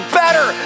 better